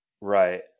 right